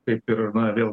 kaip ir na vėl